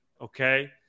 Okay